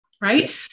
right